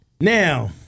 now